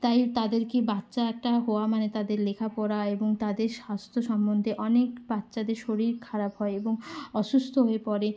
তাই তাদেরকে বাচ্চা একটা হওয়া মানে তাদের লেখাপড়া এবং তাদের স্বাস্থ্য সম্বন্ধে অনেক বাচ্চাদের শরীর খারাপ হয় এবং অসুস্থ হয়ে পড়ে